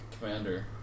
Commander